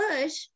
push